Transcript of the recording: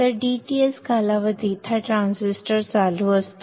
तर dTs कालावधीत हा ट्रान्झिस्टर चालू असतो